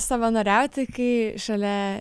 savanoriauti kai šalia